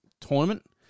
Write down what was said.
tournament